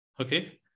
Okay